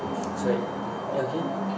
sorry again